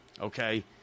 okay